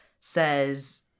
says